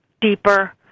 deeper